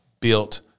Built